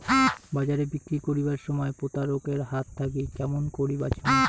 বাজারে বিক্রি করিবার সময় প্রতারক এর হাত থাকি কেমন করি বাঁচিমু?